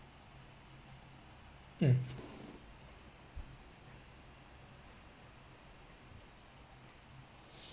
mm